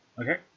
Okay